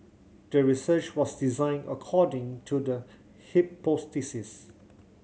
the research was designed according to the hypothesis